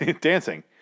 dancing